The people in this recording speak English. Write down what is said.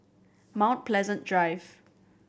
Mount Pleasant Drive